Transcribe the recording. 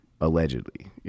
allegedly